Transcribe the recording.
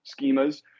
schemas